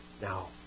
Now